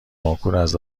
کنکوراز